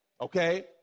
Okay